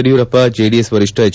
Yediyurappa JDS ವರಿಷ್ಠ H